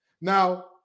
Now